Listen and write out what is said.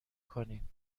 کنیم